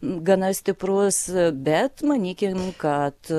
gana stiprus bet manykim kad